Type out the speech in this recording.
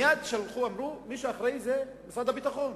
מייד אמרו: מי שאחראי זה משרד הביטחון.